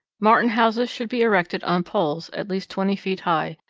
martin houses should be erected on poles at least twenty feet high,